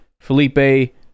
Felipe